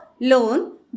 loan